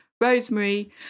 rosemary